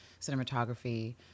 cinematography